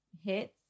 hits